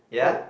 ya